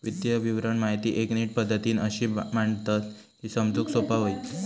वित्तीय विवरण माहिती एक नीट पद्धतीन अशी मांडतत की समजूक सोपा होईत